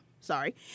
Sorry